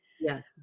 Yes